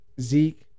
Zeke